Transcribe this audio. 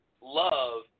love